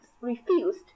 refused